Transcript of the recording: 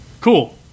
cool